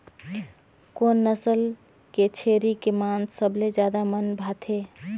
कोन नस्ल के छेरी के मांस सबले ज्यादा मन भाथे?